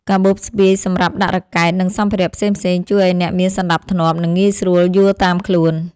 កាបូបស្ពាយសម្រាប់ដាក់រ៉ាកែត និងសម្ភារៈផ្សេងៗជួយឱ្យអ្នកមានសណ្ដាប់ធ្នាប់ និងងាយស្រួលយួរតាមខ្លួន។